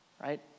right